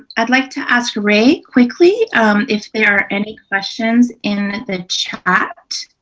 i'd like to ask ray quickly if there are any questions in the chat